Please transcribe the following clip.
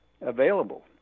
available